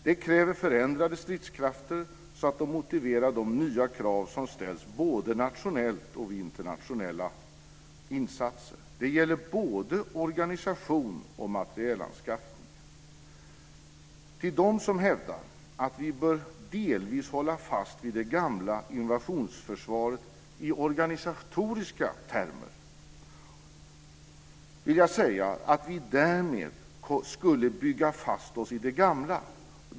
Det kräver förändrade stridskrafter så att de motiverar de nya krav som ställs både nationellt och vid internationella insatser. Det gäller både organisation och materielanskaffning. Till dem som hävdar att vi delvis bör hålla fast vid det gamla invasionsförsvaret i organisatoriska termer vill jag säga att vi därmed skulle bygga fast oss i det gamla.